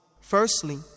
Firstly